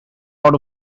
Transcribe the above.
out